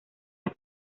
las